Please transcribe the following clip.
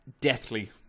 deathly